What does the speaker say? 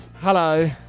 Hello